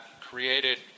created